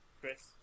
Chris